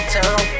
town